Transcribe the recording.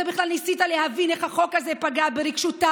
אתה בכלל ניסית להבין איך החוק הזה פגע ברגשותיו,